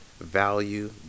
Value